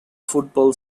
football